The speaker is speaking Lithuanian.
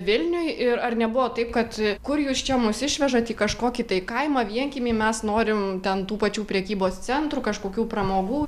vilniuj ir ar nebuvo taip kad kur jūs čia mus išvežat į kažkokį tai kaimą vienkiemį mes norim ten tų pačių prekybos centrų kažkokių pramogų